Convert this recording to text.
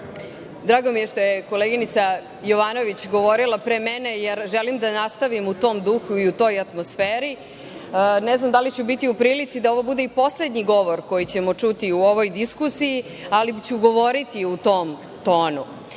drago mi je što je koleginica Jovanović govorila pre mene, jer želim da nastavim u tom duhu i u toj atmosferi. Ne znam da li ću biti u prilici da ovo bude i poslednji govor koji ćemo čuti u ovoj diskusiji, ali ću govoriti u tom tonu.